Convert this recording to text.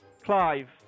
Clive